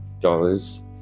Dollars